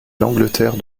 l’angleterre